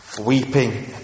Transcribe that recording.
weeping